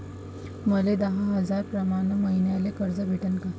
मले दहा हजार प्रमाण मईन्याले कर्ज भेटन का?